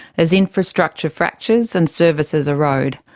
as infrastructure fractures and services erode.